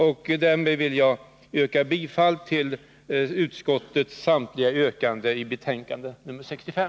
Därmed hemställer jag om bifall till utskottets samtliga yrkanden i betänkande 65.